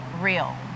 real